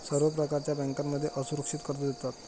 सर्व प्रकारच्या बँकांमध्ये असुरक्षित कर्ज देतात